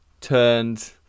turned